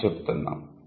అని చెబుతున్నాము